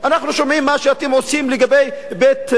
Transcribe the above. אנחנו שומעים מה שאתם עושים לגבי בית-אל,